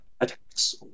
attacks